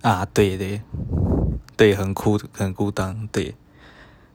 ah 对对对很孤很孤单对